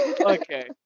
Okay